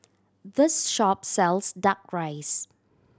this shop sells Duck Rice